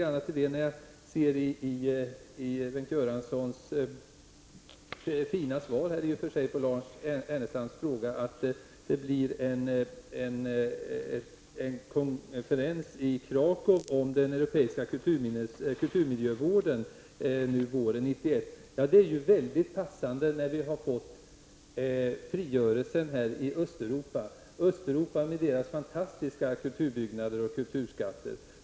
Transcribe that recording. Av Bengt Göranssons svar, som i och för sig är fint, framgår det att en konferens om europeisk kulturmiljövård kommer att äga rum i Kraków på våren 1991. Det tycker jag är väldigt passande med tanke på den frigörelse som har skett i Östeuropa, där det finns fantastiskt fina kulturbyggnader och kulturskatter.